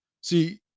See